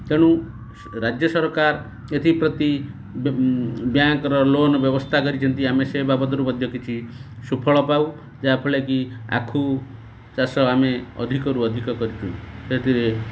ତେଣୁ ରାଜ୍ୟ ସରକାର ଏଥିପ୍ରତି ବ୍ୟାଙ୍କ୍ ର ଲୋନ୍ ବ୍ୟବସ୍ଥା କରିଛନ୍ତି ଆମେ ସେ ବାବଦରୁ ମଧ୍ୟ କିଛି ସୁଫଳ ପାଉ ଯାହାଫଳରେ କି ଆଖୁ ଚାଷ ଆମେ ଅଧିକରୁ ଅଧିକ କରିଛୁ ସେଥିରେ